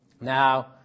Now